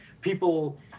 people